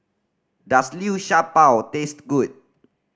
does Liu Sha Bao taste good